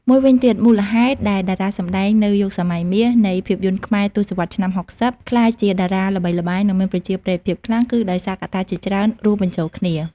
មួយវិញទៀត មូលហេតុដែលតារាសម្តែងនៅយុគសម័យមាសនៃភាពយន្តខ្មែរ ទសវត្សរ៍ឆ្នាំ៦០ ក្លាយជាតារាល្បីល្បាញនិងមានប្រជាប្រិយភាពខ្លាំង គឺដោយសារកត្តាជាច្រើនរួមបញ្ចូលគ្នា។